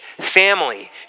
family